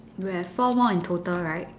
you have four more in total right